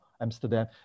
Amsterdam